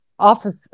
office